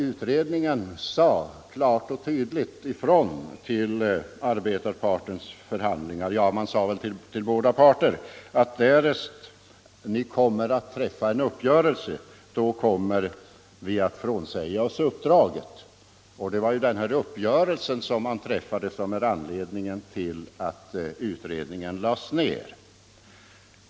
Utredningen sade klart och tydligt Nr 134 till båda parter att därest ni kommer att nrg en uppgörelse, kommer Onsdagen den vi att Mränsäga OSS Uppdraget: ra uppgörelse som man träffade var 4 december 1974 också anledningen till att utredningen lades ned.